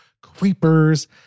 creepers